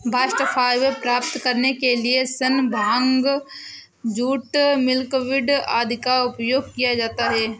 bast fibre प्राप्त करने के लिए सन, भांग, जूट, मिल्कवीड आदि का उपयोग किया जाता है